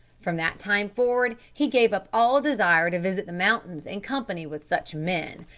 from that time forward he gave up all desire to visit the mountains in company with such men,